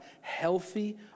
healthy